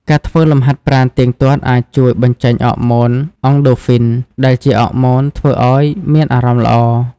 ការធ្វើលំហាត់ប្រាណទៀងទាត់អាចជួយបញ្ចេញអរម៉ូនអង់ដូហ្វីន ដែលជាអរម៉ូនធ្វើឱ្យមានអារម្មណ៍ល្អ។